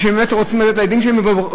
לתת לילדים שלהם.